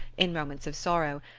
in moments of sorrow,